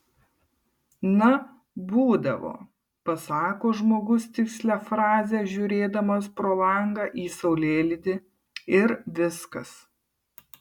na būdavo pasako žmogus tikslią frazę žiūrėdamas pro langą į saulėlydį ir viskas